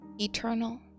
eternal